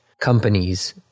companies